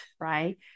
right